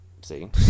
see